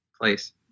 place